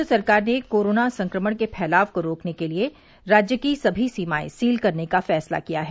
प्रदेश सरकार ने कोरोना संक्रमण के फैलाव को रोकने के लिए राज्य की समी सीमाएं सील करने का फैसला किया है